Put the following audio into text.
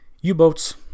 U-boats